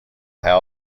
how